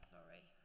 Sorry